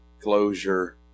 closure